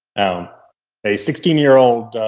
um a sixteen year old